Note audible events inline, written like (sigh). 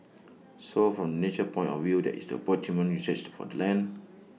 (noise) so from the nature point of view that is the optimum usage for the land (noise)